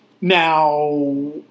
Now